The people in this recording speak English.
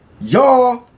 y'all